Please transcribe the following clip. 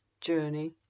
journey